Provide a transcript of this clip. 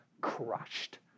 crushed